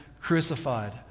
crucified